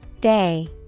Day